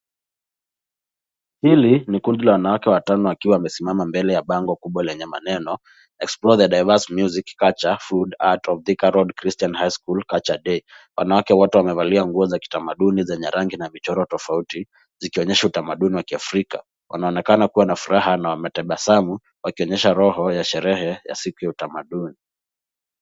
Hili ni kundi la wanawake watano wakiwa wamesimama mbele ya bango kubwa lenye maneno explore the diverse music culture food art of thika road christian high school culture day . Wanawake wote wamevalia nguo za kitamaduni zenye rangi na michoro tofauti zikionyesha utamaduni wa kiafrika. Wanaonekana kuwa na furaha na wametabasamu wakionyesha roho ya sherehe ya siku ya utamaduni.